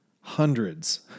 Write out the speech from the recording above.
hundreds